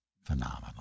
phenomenal